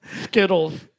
Skittles